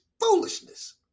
foolishness